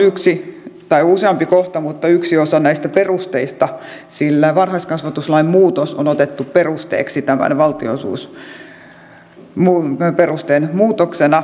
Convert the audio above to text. ongelmallisia ovat useammat kohdat ja yksi osa näistä perusteista sillä varhaiskasvatuslain muutos on otettu perusteeksi tämän valtionosuusperusteen muutoksena